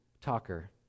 talker